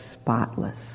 spotless